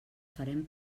farem